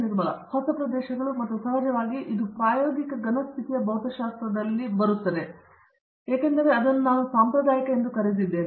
ನಿರ್ಮಲ ಹೊಸ ಪ್ರದೇಶಗಳು ಮತ್ತು ಸಹಜವಾಗಿ ಇದು ಪ್ರಾಯೋಗಿಕ ಘನ ಸ್ಥಿತಿಯ ಭೌತಶಾಸ್ತ್ರಕ್ಕೆ ಬೀಳುತ್ತದೆ ಏಕೆಂದರೆ ನಾನು ಅದನ್ನು ಸಾಂಪ್ರದಾಯಿಕ ಎಂದು ಕರೆಯುತ್ತೇನೆ